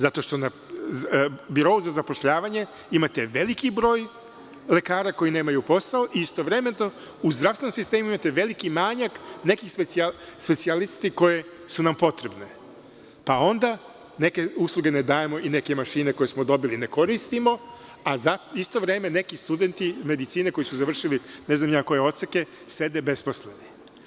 Zato što na Birou za zapošljavanje imate veliki broj lekara koji nemaju posao i istovremeno u zdravstvenom sistemu imate veliki manjak nekih specijalista koji su nam potrebni, pa onda neke usluge ne dajemo i neke mašine koje smo dobili ne koristimo, a za isto vreme neki studenti medicine koji su završili ne znam ni ja koje odseke sede besposleni.